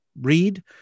read